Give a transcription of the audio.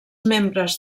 membres